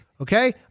Okay